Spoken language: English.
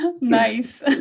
nice